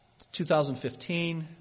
2015